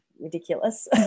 ridiculous